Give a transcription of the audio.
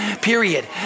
Period